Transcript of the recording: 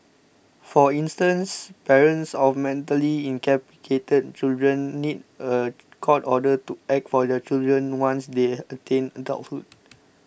for instance parents of mentally incapacitated children need a court order to act for their children once they attain adulthood